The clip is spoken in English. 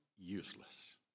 useless